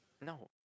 no